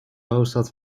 hoofdstad